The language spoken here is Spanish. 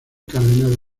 cardenal